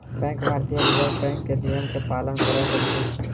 bank भारतीय reserve bank के नियम के पालन करैत अछि